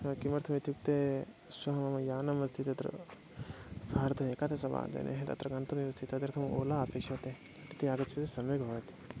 ह किमर्थम् इत्युक्ते श्वः मम यानमस्ति तत्र सार्ध एकादशवादने तत्र गन्तव्यमस्ति तदर्थम् ओला अपेक्षते यदि आगच्छति सम्यक् भवति